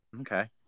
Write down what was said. Okay